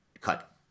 cut